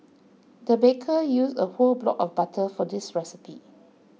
the baker used a whole block of butter for this recipe